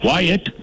Wyatt